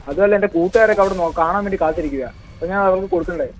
അതും അല്ല എൻ്റെ കൂട്ടുകാരൊക്കെ അവിടൊന്ന് കാണാൻ വേണ്ടി കാത്തിരിക്കുകയാണ് അപ്പോൾ ഞാ അവർക്ക് കൊടുക്കണ്ടേ